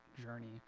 journey